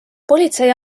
politsei